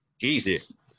Jesus